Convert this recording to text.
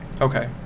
Okay